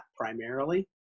primarily